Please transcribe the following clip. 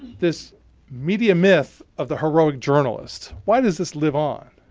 this media myth of the heroic journalist, why does this live on?